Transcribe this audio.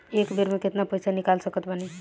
एक बेर मे केतना पैसा निकाल सकत बानी?